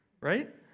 right